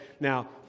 now